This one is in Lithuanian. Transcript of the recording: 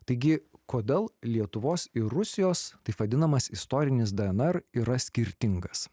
taigi kodėl lietuvos ir rusijos taip vadinamas istorinis dnr yra skirtingas